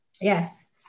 Yes